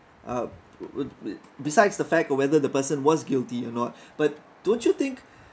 uh w~ besides the fact whether the person was guilty or not but don't you think